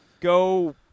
go